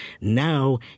Now